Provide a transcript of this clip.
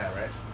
right